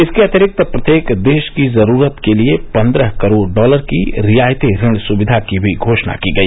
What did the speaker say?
इसके अतिरिक्त प्रत्येक देश की जरुरत के लिए पन्द्रह करोड़ डॉलर की रियायती ऋण सुविधा की भी घोषणा की गई